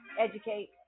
educate